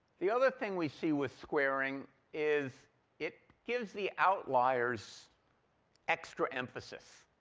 the other thing we see with squaring is it gives the outliers extra emphasis,